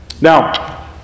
Now